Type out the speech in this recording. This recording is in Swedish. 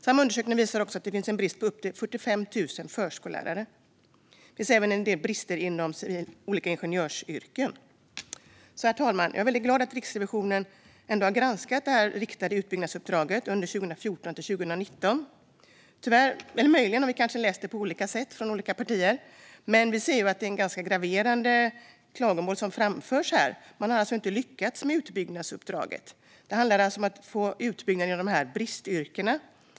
Samma undersökning visar att det finns en brist på upp mot 45 000 förskollärare. Det finns även en del brister inom olika ingenjörsyrken. Herr talman! Jag är glad att Riksrevisionen har granskat det riktade utbyggnadsuppdraget under 2014-2019. Möjligen har vi läst granskningen på olika sätt i olika partier. Vi ser att det är ganska graverande klagomål som framförs. Man har inte lyckats med utbyggnadsuppdraget. Det handlar alltså om att få till utbyggnader i bristyrkena.